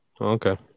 okay